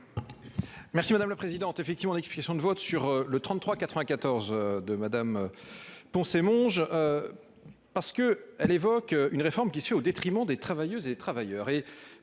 Merci madame la présidente, effectivement, une explication de vote sur le 33 94 de madame. Pour Monge. Parce que elle évoque une réforme qui suit au détriment des travailleuses et travailleurs